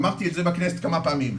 אמרתי את זה בכנסת כמה פעמים,